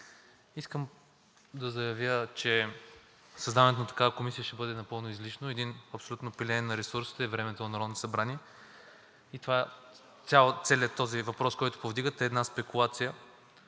искам да заявя, че създаването на такава комисия ще бъде напълно излишно и абсолютно пилеене на ресурсите и времето на Народното събрание. Целият този въпрос, който повдигате, е една спекулация.